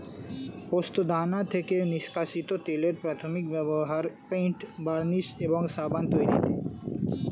পোস্তদানা থেকে নিষ্কাশিত তেলের প্রাথমিক ব্যবহার পেইন্ট, বার্নিশ এবং সাবান তৈরিতে